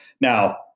now